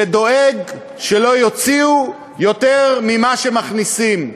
שדואג שלא יוציאו יותר ממה שמכניסים,